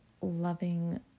loving